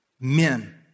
Men